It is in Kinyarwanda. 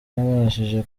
nabashije